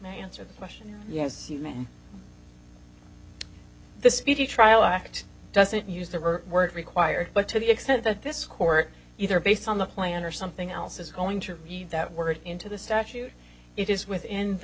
answer the question yes human the speedy trial act doesn't use them or work required but to the extent that this court either based on the plan or something else is going to read that word into the statute it is within the